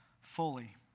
fully